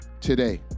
today